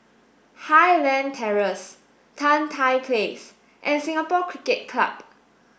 Highland Terrace Tan Tye Place and Singapore Cricket Club